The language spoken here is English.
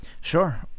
Sure